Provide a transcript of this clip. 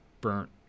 burnt